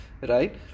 right